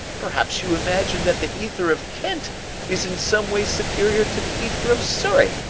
perhaps you imagine that the ether of kent is in some way superior to the ether of surrey,